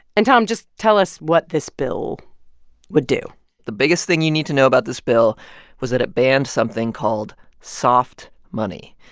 and tom, just tell us what this bill would do the biggest thing you need to know about this bill was that it banned something called soft money.